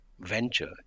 venture